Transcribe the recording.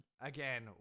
Again